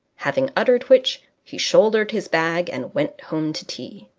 having uttered which, he shouldered his bag and went home to tea.